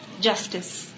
justice